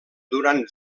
durant